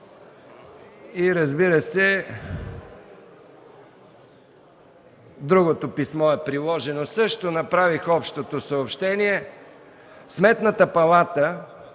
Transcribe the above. Разбира се, другото писмо е приложено също – направих общото съобщение. Сметната палата